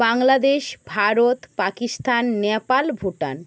Bangladesh Bharat Pakistan Nepal Bhutan